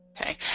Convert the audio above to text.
Okay